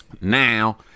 Now